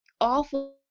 awful